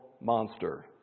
monster